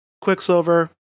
Quicksilver